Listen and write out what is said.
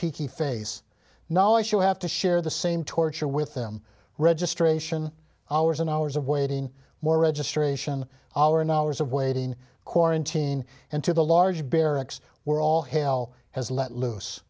peaky face now i shall have to share the same torture with them registration hours and hours of waiting more registration in hours of waiting quarantine and to the large barracks were all hell has let loose